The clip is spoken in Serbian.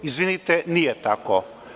Izvinite, nije tako.